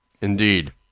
Indeed